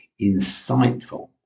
insightful